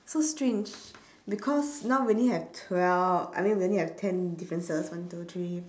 so strange because now we only have twelv~ I mean we only have ten differences one two three